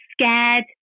scared